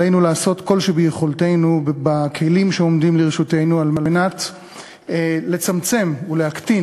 עלינו לעשות כל שביכולתנו בכלים שעומדים לרשותנו כדי לצמצם ולהקטין